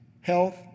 health